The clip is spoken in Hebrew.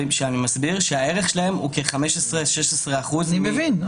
ושהערך שלהם כ-16%-15% --- אני מבין.